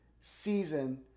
season